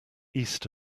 east